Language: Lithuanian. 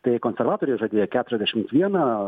tai konservatoriai žadėjo keturiasdešimt vieną